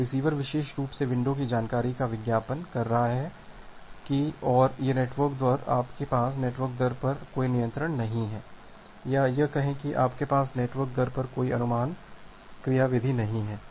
तो रिसीवर विशेष रूप से विंडो की जानकारी का विज्ञापन कर रहा है कि और यह नेटवर्क दर आपके पास नेटवर्क दर पर कोई नियंत्रण नहीं है या यह कहें के कि आपके पास नेटवर्क दर पर कोई अनुमान क्रियाविधि नहीं है